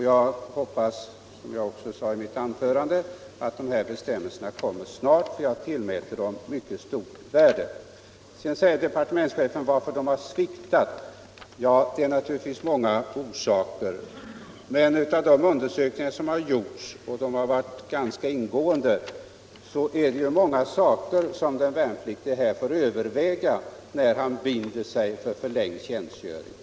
Jag hoppas, som jag också sade i mitt anförande, att de här bestämmelserna kommer snart — jag tillmäter dem mycket stort värde. Det finns naturligtvis många skäl till att rekryteringen har sviktat. Av de undersökningar som har gjorts — de har varit ganska ingående - framgår att det är många överväganden som de värnpliktiga måste göra innan de binder sig för förlängd tjänstgöring.